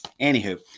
Anywho